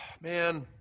man